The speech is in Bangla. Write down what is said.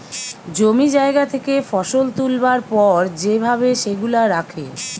জমি জায়গা থেকে ফসল তুলবার পর যে ভাবে সেগুলা রাখে